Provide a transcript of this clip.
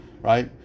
right